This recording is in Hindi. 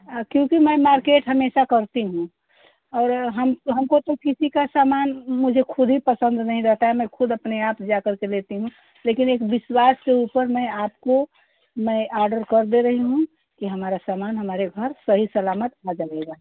क्योंकि मैं मार्केट हमेशा करती हूँ और हम हमको तो किसी का सामान मुझे ख़ुद ही पसंद नहीं रहता है मैं ख़ुद अपने आप जाकर के लेती हूँ लेकिन एक विश्वास से ऊपर मैं आपको मैं आर्डर कर दे रही हूँ कि हमारा सामान हमारे घर सही सलामत आ जावेगा